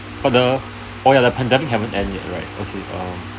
but the oh ya the pandemic haven't end yet right okay um